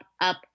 up